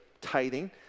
tithing